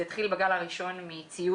זה התחיל בגל הראשון מציוד,